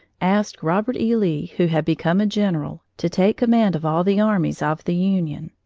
asked robert e. lee, who had become a general, to take command of all the armies of the union.